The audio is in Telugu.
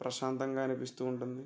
ప్రశాంతంగా అనిపిస్తూ ఉంటుంది